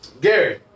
Gary